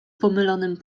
pomylonym